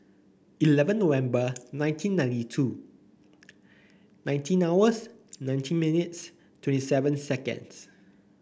eleven November nineteen ninety two nineteen hours nineteen minutes twenty seven seconds